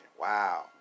Wow